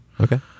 Okay